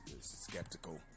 skeptical